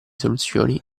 soluzioni